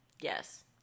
yes